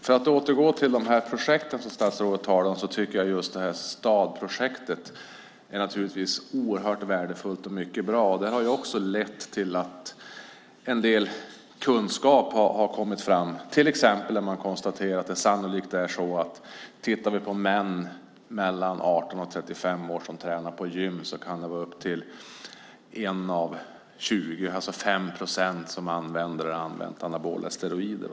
För att återgå till de projekt som statsrådet talar om tycker jag att just Stadprojektet naturligtvis är oerhört värdefullt och mycket bra. Det har också lett till att en del kunskap har kommit fram. Till exempel har man konstaterat att det bland män i åldern 18-35 år som tränar på gym sannolikt kan vara upp till 1 av 20, alltså 5 procent, som använder eller har använt anabola steroider.